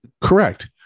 Correct